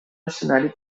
escenari